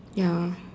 ya